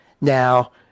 Now